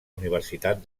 universitat